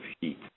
heat